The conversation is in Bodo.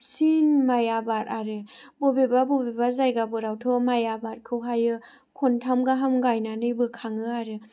माइ आबाद आरो बबेबा बबेबा जायगाफोरावथ' माइ आबादखौहाय खनथाम गाहाम गायनानै बोखाङो आरो